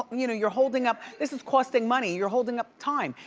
you know you're holding up, this is costing money, you're holding up time.